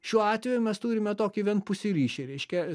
šiuo atveju mes turime tokį vienpusį ryšį reiškia